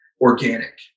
organic